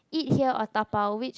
eat here or dabao which